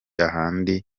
ahandi